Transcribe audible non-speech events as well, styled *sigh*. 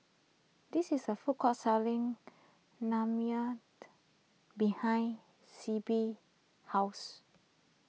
there is a food court selling *unintelligible* behind Sibbie's house